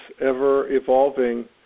ever-evolving